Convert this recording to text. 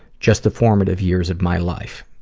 just the formative years of my life!